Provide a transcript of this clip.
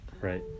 right